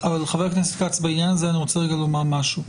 אבל חה"כ כץ, בעניין הזה אני רוצה לומר משהו.